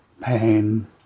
Pain